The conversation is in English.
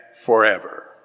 forever